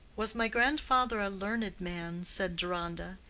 was my grandfather a learned man? said deronda,